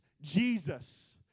Jesus